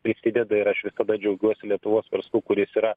prisideda ir aš visada džiaugiuosi lietuvos verslu kuris yra